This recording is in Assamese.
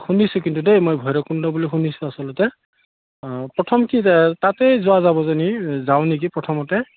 শুনিছোঁ কিন্তু দেই মই ভৈৰৱকুণ্ড বুলি শুনিছোঁ আচলতে প্ৰথম কি তাতেই যোৱা যাব যে যাওঁ নেকি প্ৰথমতে